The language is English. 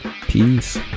Peace